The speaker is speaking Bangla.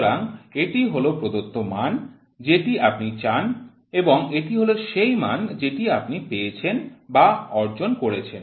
সুতরাং এটি হল প্রদত্ত মান যেটি আপনি চান এবং এটি হল সেই মান যেটি আপনি পেয়েছেন বা অর্জন করেছেন